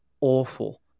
awful